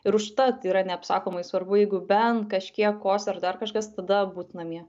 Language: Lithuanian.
ir užtat yra neapsakomai svarbu jeigu bent kažkiek kosi ar dar kažkas tada būt namie